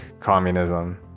communism